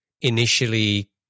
initially